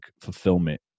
fulfillment